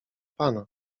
pana